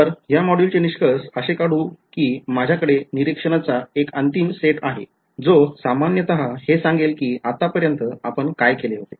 तर ह्या module चे निष्कर्ष असे काढू कि माझ्याकडे निरीक्षणाचा एक अंतिम सेट आहे जो सामान्यतः हे सांगेल कि आता पर्यन्त आपण काय केले आहे